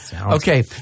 Okay